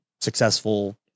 successful